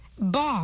Boss